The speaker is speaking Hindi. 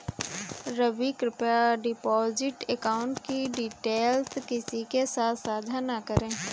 रवि, कृप्या डिपॉजिट अकाउंट की डिटेल्स किसी के साथ सांझा न करें